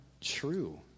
true